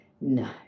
No